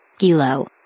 Gilo